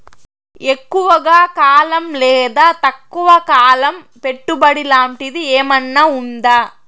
ఎక్కువగా కాలం లేదా తక్కువ కాలం పెట్టుబడి లాంటిది ఏమన్నా ఉందా